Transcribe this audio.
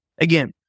Again